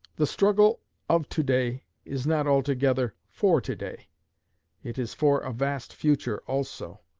the struggle of to-day is not altogether for to-day it is for a vast future also.